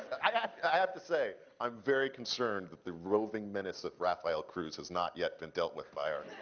i have to say i'm very concerned that the roving minutes of rafael cruz has not yet been dealt with by our